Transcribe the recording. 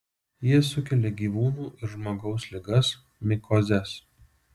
jie sukelia gyvūnų ir žmogaus ligas mikozes